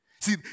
See